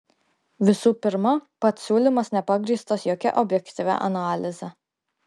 visų pirma pats siūlymas nepagrįstas jokia objektyvia analize